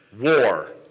war